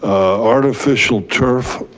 artificial turf,